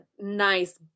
nice